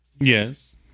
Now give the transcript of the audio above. Yes